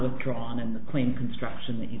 withdrawn and clean construction th